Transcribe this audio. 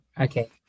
Okay